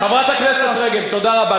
חברת הכנסת רגב, תודה רבה.